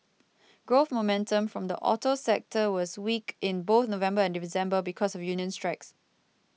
growth momentum from the auto sector was weak in both November and December because of union strikes